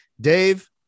Dave